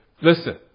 listen